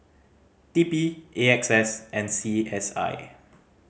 T P A X S and C S I